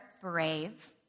brave